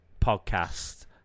podcast